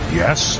yes